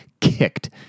kicked